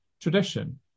tradition